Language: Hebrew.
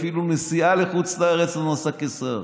אפילו נסיעה לחוץ לארץ לא נסע כשר,